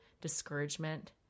Discouragement